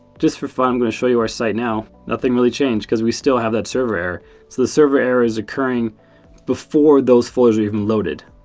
just for fun, i'm going to show you our site now. nothing really changed because we still have that server. so the server error is occurring before those folders are even loaded.